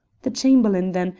the chamberlain, then,